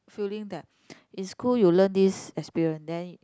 feeling that in school you learn this experience then